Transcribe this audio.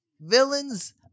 Villains